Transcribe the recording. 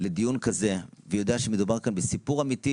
לדיון כזה ויודע שמדובר כאן בסיפור אמיתי